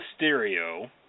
Mysterio